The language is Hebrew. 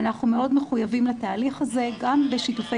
ואנחנו מאוד מחויבים לתהליך הזה גם בשיתופי